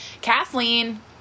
Kathleen